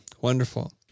Wonderful